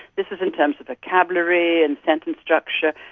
this is in terms of vocabulary and sentence structure,